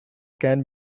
can